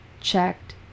checked